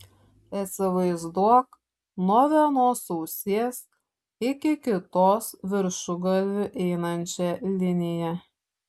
įsivaizduok nuo vienos ausies iki kitos viršugalviu einančią liniją